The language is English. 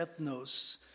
ethnos